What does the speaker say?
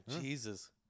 Jesus